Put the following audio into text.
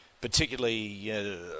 Particularly